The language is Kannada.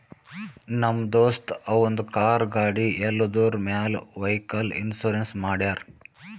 ನಮ್ ದೋಸ್ತ ಅವಂದ್ ಕಾರ್, ಗಾಡಿ ಎಲ್ಲದುರ್ ಮ್ಯಾಲ್ ವೈಕಲ್ ಇನ್ಸೂರೆನ್ಸ್ ಮಾಡ್ಯಾರ್